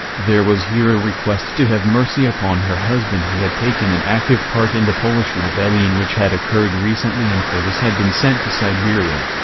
there was here a request to have mercy upon her husband who had taken an active part in the polish rebellion which had occurred recently and for this had been sent to siberia.